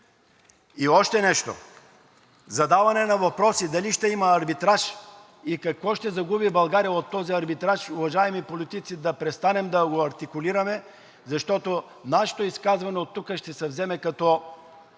Още нещо, задаване на въпроси: дали ще има арбитраж и какво ще загуби България от този арбитраж? Уважаеми политици, да престанем да го артикулираме, защото нашето изказване оттук ще се вземе като